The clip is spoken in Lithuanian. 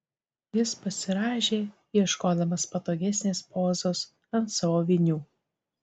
jis pasirąžė ieškodamas patogesnės pozos ant savo vinių